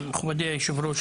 מכודי היושב-ראש,